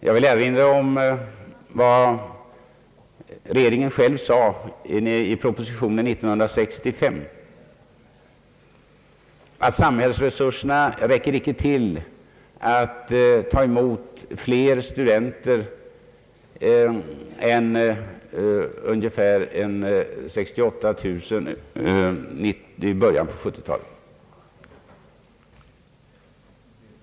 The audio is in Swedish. Jag vill erinra om att regeringen själv i propositionen år 1965 sade att samhällsresurserna inte räckte till för att ta emot fler studenter än ungefär 87 000 i början på 7090-talet.